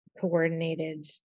coordinated